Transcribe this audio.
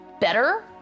better